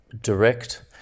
direct